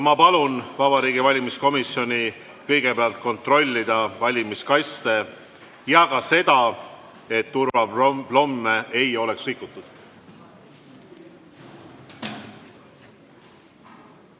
Ma palun Vabariigi Valimiskomisjonil kõigepealt kontrollida valimiskaste ja ka seda, et turvaplomme ei oleks rikutud.